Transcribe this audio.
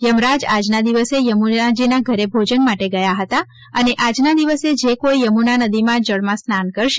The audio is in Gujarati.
યમરાજે આજના દિવસે યમુનાજીના ઘરે ભોજન માટે ગયા હતા અને આજના દિવસે જે કોઇ યમુના નદીના જળમાં સ્નાન કરશે